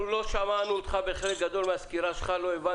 יבואן ישיר זה יבואן שמביא את כלי הרכב ישירות מיצרן הרכב.